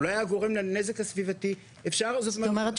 הוא לא היה גורם לנזק הסביבתי --- זאת אומרת,